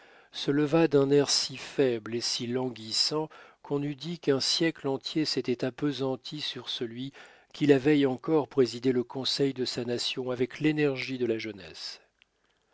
se leva d'un air si faible et si languissant qu'on eût dit qu'un siècle entier s'était appesanti sur celui qui la veille encore présidait le conseil de sa nation avec l'énergie de la jeunesse